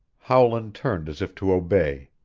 howland turned as if to obey.